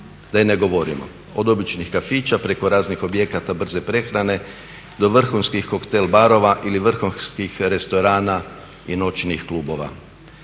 da i ne govorimo. Od običnih kafića preko raznih objekata brze prehrane do vrhunskih koktel barova ili vrhunskih restorana i noćnih klubova.